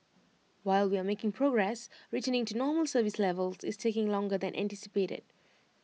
while we are making progress returning to normal service levels is taking longer than anticipated